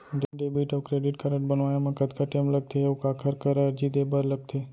Debit अऊ credit card बनवाए मा कतका टेम लगथे, अऊ काखर करा अर्जी दे बर लगथे?